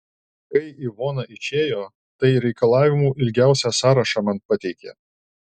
kai ivona išėjo tai reikalavimų ilgiausią sąrašą man pateikė